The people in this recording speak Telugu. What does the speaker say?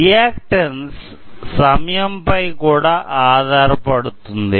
రియాక్టన్స్ సమయం పై కూడా ఆధారపడుతుంది